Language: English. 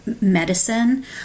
medicine